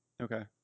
Okay